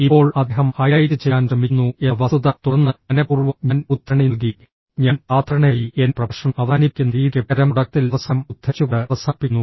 ഇപ്പോൾ അദ്ദേഹം ഹൈലൈറ്റ് ചെയ്യാൻ ശ്രമിക്കുന്നു എന്ന വസ്തുത തുടർന്ന് മനഃപൂർവ്വം ഞാൻ ഉദ്ധരണി നൽകി ഞാൻ സാധാരണയായി എന്റെ പ്രഭാഷണം അവസാനിപ്പിക്കുന്ന രീതിക്ക് പകരം തുടക്കത്തിൽ അവസാനം ഉദ്ധരിച്ചുകൊണ്ട് അവസാനിപ്പിക്കുന്നു